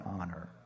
honor